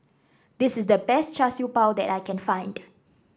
this is the best Char Siew Bao that I can find